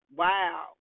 wow